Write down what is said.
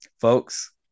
folks